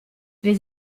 les